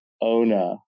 owner